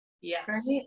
Yes